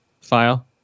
File